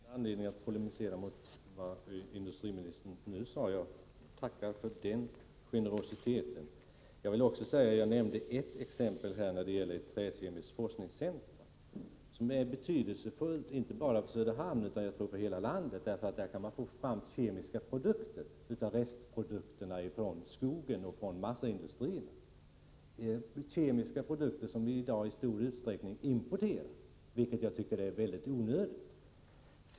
Herr talman! Jag har ingen anledning att polemisera mot vad industriministern nu sade. Jag tackar för den generositet som han här visade. Jag nämnde ett exempel, ett träkemiskt forskningscentrum. Det skulle vara betydelsefullt inte bara för Söderhamn, utan jag tror för hela landet. Vid ett sådant centrum kan man få fram kemiska produkter av restprodukterna från skogen och massaindustrierna. Dessa kemiska produkter importerar vi i dag i stor utsträckning, vilket jag tycker är mycket onödigt.